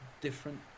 different